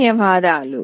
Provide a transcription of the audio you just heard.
ధన్యవాదాలు